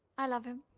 i love him.